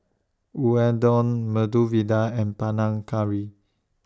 Unadon Medu Vada and Panang Curry